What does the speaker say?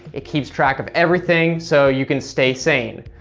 it keeps track of everything, so you can stay sane.